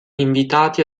invitati